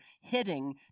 hitting